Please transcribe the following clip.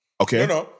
Okay